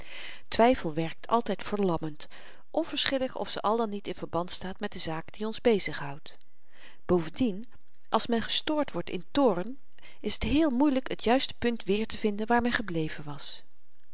twyfel werkt altyd verlammend onverschillig of ze al dan niet in verband staat met de zaak die ons bezighoudt bovendien als men gestoord wordt in toorn is t heel moeielyk het juiste punt weertevinden waar men gebleven was